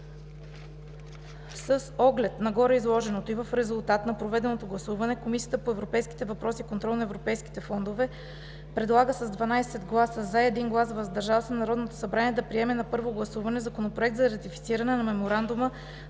С оглед на гореизложеното и в резултат на проведеното гласуване Комисията по европейските въпроси и контрол на европейските фондове предлага с 12 гласа „за“, без „против“ и 1 глас „въздържал се“ на Народното събрание да приеме на първо гласуване Законопроект за ратифициране на Меморандума